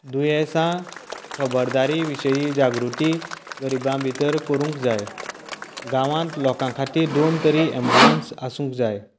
दुयेसां खबरदारी विशयी जागृती गरिबां भितर करूंक जाय गांवांत लोकां खातीर दोन तरी एंम्बूलन्स आसूंक जाय